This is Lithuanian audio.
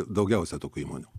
daugiausia tokių įmonių